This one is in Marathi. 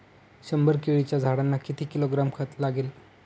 शंभर केळीच्या झाडांना किती किलोग्रॅम खत लागेल?